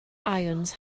ions